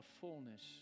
fullness